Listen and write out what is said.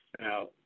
Now